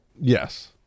Yes